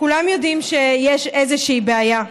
כולם יודעים שיש איזושהי בעיה,